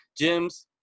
gyms